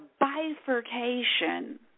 bifurcation